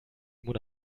mona